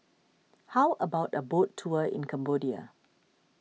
how about a boat tour in Cambodia